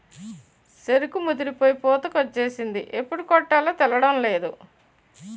సెరుకు ముదిరిపోయి పూతకొచ్చేసింది ఎప్పుడు కొట్టాలో తేలడంలేదు